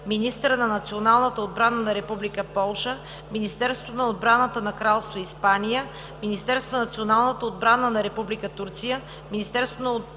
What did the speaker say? министъра на националната отбрана на Република Полша, Министерството на отбраната на Кралство Испания, Министерството на националната отбрана на Република Турция,